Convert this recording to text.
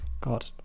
God